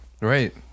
Right